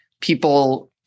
people